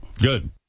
Good